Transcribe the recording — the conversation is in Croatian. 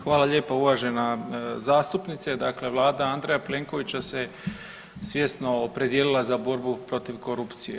Hvala lijepa uvažena zastupnice, dakle Vlada Andreja Plenkovića se svjesno opredijelila za borbu protiv korupcije.